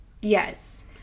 Yes